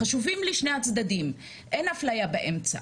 חשובים לי שני הצדדים, אין אפליה באמצע.